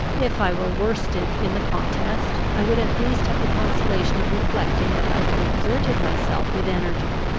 if i were worsted in the contest, i would at least have the consolation of reflecting that i had exerted myself with energy.